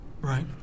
Right